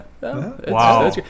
wow